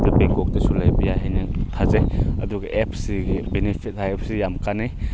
ꯕꯦꯡꯀꯣꯛꯇꯁꯨ ꯂꯩꯕ ꯌꯥꯏ ꯍꯥꯏꯅ ꯊꯥꯖꯩ ꯑꯗꯨꯒ ꯑꯦꯞꯁꯁꯤꯒꯤ ꯕꯦꯅꯤꯐꯤꯠ ꯍꯥꯏꯕꯁꯤ ꯌꯥꯝ ꯀꯥꯟꯅꯩ